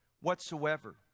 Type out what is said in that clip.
whatsoever